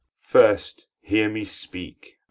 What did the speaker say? first, hear me speak.